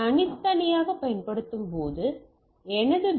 தனித்தனியாகப் பயன்படுத்தும்போது எனது பி